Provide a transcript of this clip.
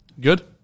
Good